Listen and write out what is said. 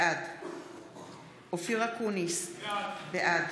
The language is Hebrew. בעד אופיר אקוניס, בעד